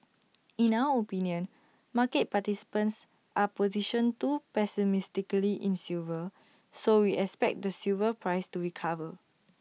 in our opinion market participants are positioned too pessimistically in silver so we expect the silver price to recover